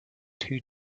two